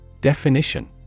Definition